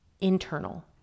internal